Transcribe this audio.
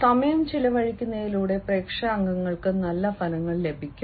സമയം ചെലവഴിക്കുന്നതിലൂടെ പ്രേക്ഷക അംഗങ്ങൾക്ക് നല്ല ഫലങ്ങൾ ലഭിക്കും